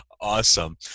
awesome